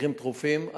מקרים דחופים,